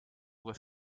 were